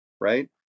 right